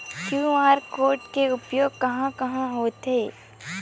QR code के उपयोग कहां कहां होथे?